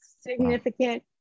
significant